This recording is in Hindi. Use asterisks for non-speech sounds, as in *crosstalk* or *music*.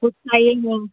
गुस्साइए *unintelligible*